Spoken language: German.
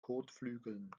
kotflügeln